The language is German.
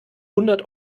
hundert